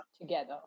together